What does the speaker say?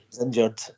injured